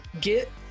get